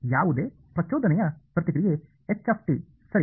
ಯಾವುದೇ ಪ್ರಚೋದನೆಯ ಪ್ರತಿಕ್ರಿಯೆ h ಸರಿ